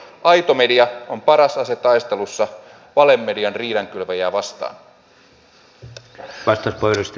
aito media on paras ase taistelussa valemedian riidankylväjiä vastaan